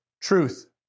Truth